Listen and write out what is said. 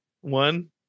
one